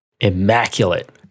immaculate